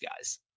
guys